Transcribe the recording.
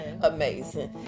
amazing